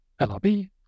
LRB